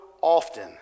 often